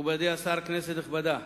מכובדי השר, כנסת נכבדה,